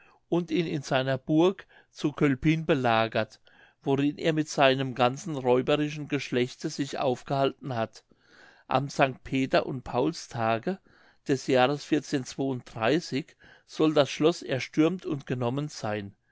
und ihn in seiner burg zu cölpin belagert worin er mit seinem ganzen räuberischen geschlechte sich aufgehalten hat am st peter und paulstage des jahres soll das schloß erstürmt und genommen sein